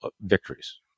victories